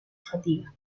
fatiga